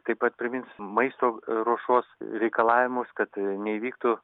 taip pat primins maisto ruošos reikalavimus kad neįvyktų